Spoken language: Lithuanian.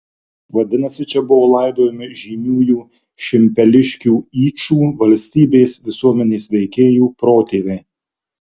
vadinasi čia buvo laidojami žymiųjų šimpeliškių yčų valstybės visuomenės veikėjų protėviai